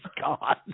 gone